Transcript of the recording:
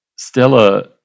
Stella